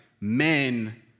men